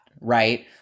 right